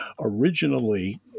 originally